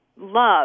love